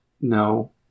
No